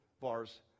bars